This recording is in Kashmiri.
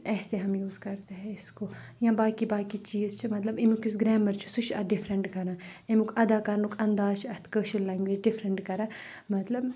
ایسے ہم یوٗز کَرتے ہیں اسکو یا باقٕے باقٕے چیٖز چھ مطلب امیُک یُس گریمَر چھُ سُہ چھُ اَتھ ڈِفرَنٹ گریمر امیُک ادا کرنُک اندازٕ چھُ اتھ کٲشر لیٚنگویج ڈفرنٹ کران مطلب